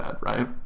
right